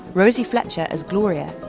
rosie fletcher as gloria,